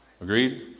Agreed